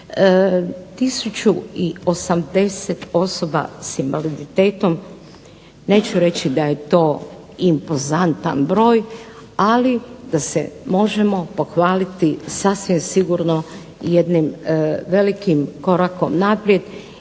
1080 osoba sa invaliditetom. Neću reći da je to imponzantan broj da se možemo pohvaliti sasvim sigurno i jednim velikim korakom naprijed